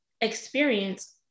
experience